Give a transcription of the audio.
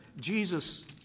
Jesus